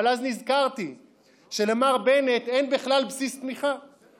אבל אז נזכרתי שלמר בנט אין בכלל בסיס תמיכה,